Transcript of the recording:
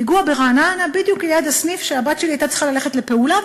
פיגוע ברעננה בדיוק ליד הסניף שאליו הבת שלי הייתה צריכה ללכת לפעולה,